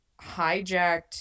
hijacked